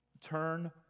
Turn